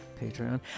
Patreon